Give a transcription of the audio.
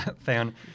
fan